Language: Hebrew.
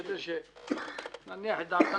כדי שנניח את דעתם של כולם.